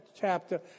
chapter